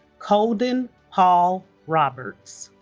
colden paul roberts